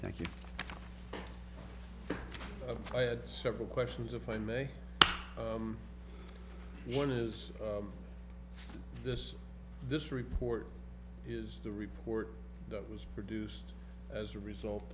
thank you i had several questions of i may one is this this report is the report that was produced as a result